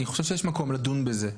אני חושב שיש מקום לדון בזה.